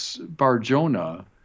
Barjona